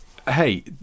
Hey